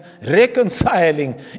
reconciling